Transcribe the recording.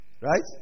Right